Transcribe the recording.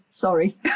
sorry